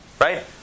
right